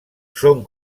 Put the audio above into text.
són